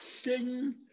sing